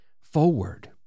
forward